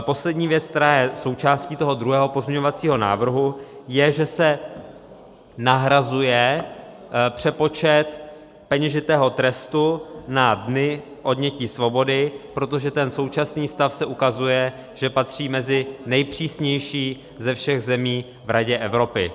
Poslední věc, která je součástí druhého pozměňovacího návrhu, je, že se nahrazuje přepočet peněžitého trestu na dny odnětí svobody, protože současný stav se ukazuje, že patří mezi nejpřísnější ze všech zemí v Radě Evropy.